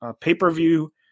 pay-per-view